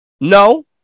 No